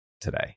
today